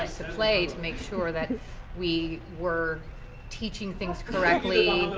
ah so to play to make sure that we were teaching things correctly,